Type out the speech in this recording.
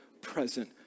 present